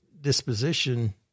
disposition